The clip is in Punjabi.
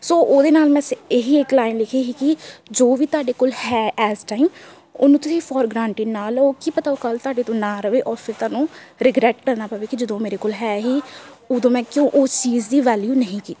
ਸੋ ਉਹਦੇ ਨਾਲ ਮੈਂ ਇਸ ਇਹ ਹੀ ਇੱਕ ਲਾਈਨ ਲਿਖੀ ਸੀ ਕਿ ਜੋ ਵੀ ਤੁਹਾਡੇ ਕੋਲ ਹੈ ਇਸ ਟਾਈਮ ਉਹਨੂੰ ਤੁਸੀਂ ਫੋਰ ਗਾਰੰਟਡ ਨਾ ਲਓ ਕੀ ਪਤਾ ਉਹ ਕੱਲ੍ਹ ਤੁਹਾਡੇ ਤੋਂ ਨਾ ਰਹੇ ਔਰ ਫਿਰ ਤੁਹਾਨੂੰ ਰਿਗਰੈਟ ਕਰਨਾ ਪਵੇ ਕਿ ਜਦੋਂ ਉਹ ਮੇਰੇ ਕੋਲ ਹੈ ਸੀ ਉਦੋਂ ਮੈਂ ਕਿਉਂ ਉਹ ਚੀਜ਼ ਦੀ ਵੈਲਿਊ ਨਹੀਂ ਕੀਤੀ